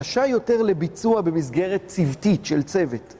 קשה יותר לביצוע במסגרת צוותית של צוות.